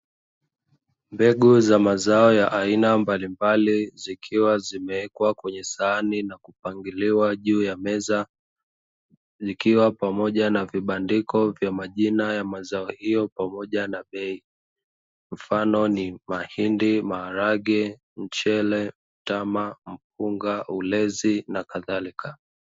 Mbegu za mazao ya aina mbalimbali zikiwa zimeekwa kwenye sahani na kupangiliwa juu ya meza, zikiwa pamoja na vibandiko vya majina ya mazao hiyo pamoja na bei mfano ni mahindi, maharage, m chele, mtama, mpunga, ulezi na kadhalika.